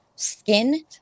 skin